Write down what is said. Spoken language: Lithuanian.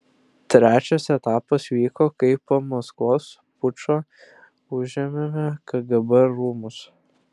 trečias etapas vyko kai po maskvos pučo užėmėme kgb rūmus